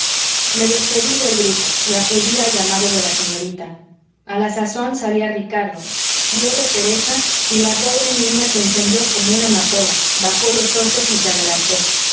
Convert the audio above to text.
me despedí del grupo y acudí al llamado de la señorita a la sazón salía ricardo vióle teresa y la pobre niña se encendió como una amapola bajó los ojos y se adelantó